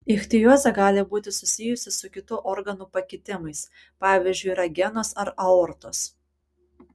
ichtiozė gali būti susijusi su kitų organų pakitimais pavyzdžiui ragenos ar aortos